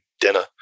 dinner